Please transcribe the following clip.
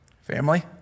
family